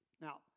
Now